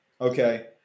Okay